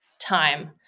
time